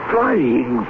Flying